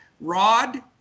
Rod